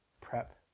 prep